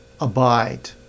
abide